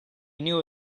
knew